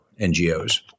NGOs